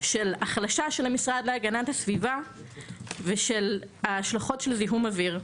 של החלשה של המשרד להגנת הסביבה ושל ההשלכות של זיהום אוויר.